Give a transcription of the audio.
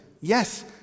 Yes